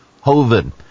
hoven